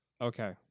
Okay